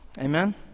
Amen